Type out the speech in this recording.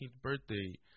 birthday